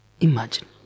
Imagine